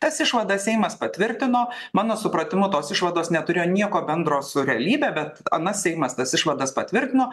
tas išvadas seimas patvirtino mano supratimu tos išvados neturėjo nieko bendro su realybe bet anas seimas tas išvadas patvirtino